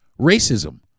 racism